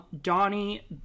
Donnie